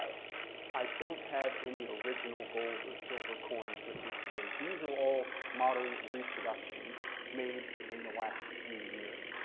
i don't have any original gold or silver coins with me today, these are all modern reproductions made within the last few years.